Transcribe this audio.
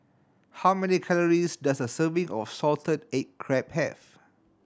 how many calories does a serving of salted egg crab have